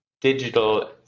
digital